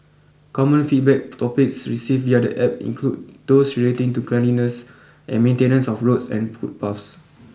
common feedback topics received via the App include those relating to cleanliness and maintenance of roads and footpaths